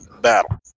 battle